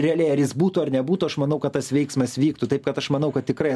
realiai ar jis būtų ar nebūtų aš manau kad tas veiksmas vyktų taip kad aš manau kad tikrai